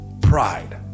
Pride